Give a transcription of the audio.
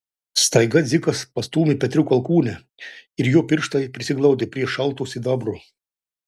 staiga dzikas pastūmė petriuko alkūnę ir jo pirštai prisiglaudė prie šalto sidabro